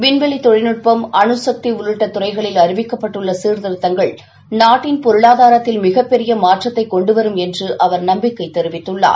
விண்வெளி தொழில்நுட்பம் அணுசக்தி உள்ளிட்ட துறைகளில் அறிவிக்கப்பட்டுள்ள சீர்திருத்தங்கள் நாட்டின் பொருளாதாரத்தில் மிகப்பெரிய மாற்றத்தை கொண்டுவரும் என்று அவர் நம்பிக்கை தெரிவித்துள்ளார்